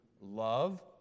love